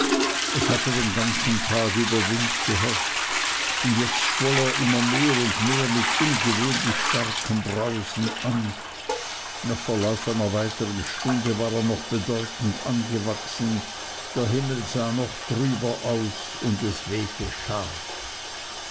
es hatte den ganzen tag über wind geherrscht und jetzt schwoll er immer mehr und mehr mit ungewöhnlich starkem brausen an nach verlauf einer weitern stunde war er noch bedeutend angewachsen der himmel sah noch trüber aus und es wehte scharf